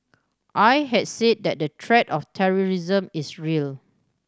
I had said that the threat of terrorism is real